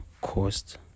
cost